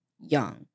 Young